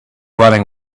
running